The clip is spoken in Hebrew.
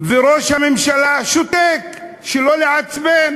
וראש הממשלה שותק, שלא לעצבן.